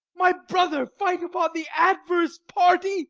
my brother fight upon the adverse party!